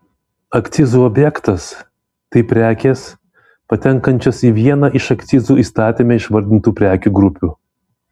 akcizų objektas tai prekės patenkančios į vieną iš akcizų įstatyme išvardintų prekių grupių